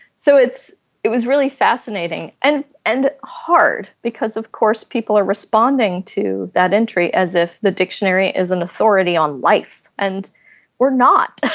so it was really fascinating and and hard, because of course people are responding to that entry as if the dictionary is an authority on life. and we're not!